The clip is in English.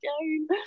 again